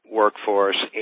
workforce